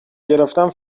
گرفتم